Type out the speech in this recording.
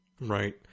Right